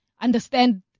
understand